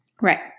Right